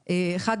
לדיון.